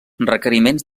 requeriments